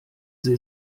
sie